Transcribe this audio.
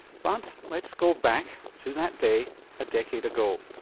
but let's go back to that day a decade ago.